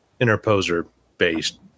Interposer-based